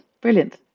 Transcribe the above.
Brilliant